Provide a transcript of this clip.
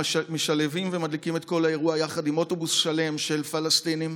שמשלהבים ומדליקים את כל האירוע יחד עם אוטובוס שלם של פלסטינים.